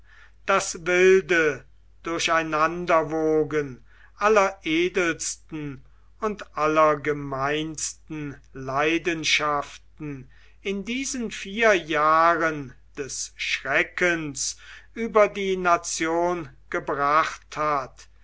das wilde durcheinanderwogen aller edelsten und aller gemeinsten leidenschaften in diesen vier jahren des schreckens über die nation gebracht hat